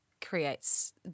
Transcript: creates